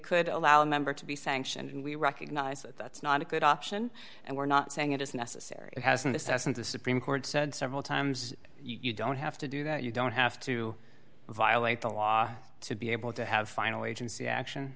could allow a member to be sanctioned and we recognize that that's not a good option and we're not saying it is necessary it has an assessment the supreme court said several times you don't have to do that you don't have to violate the law to be able to have finally agency action